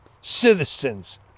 citizens